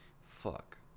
fuck